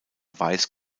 weiß